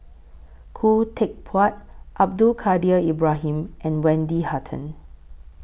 Khoo Teck Puat Abdul Kadir Ibrahim and Wendy Hutton